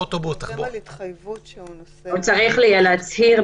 הוא צריך להצהיר.